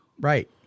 Right